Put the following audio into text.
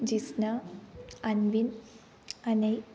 जिस्ना अन्विन् अनि